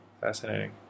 Fascinating